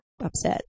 upset